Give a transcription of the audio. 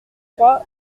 trois